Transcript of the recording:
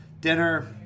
dinner